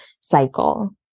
cycle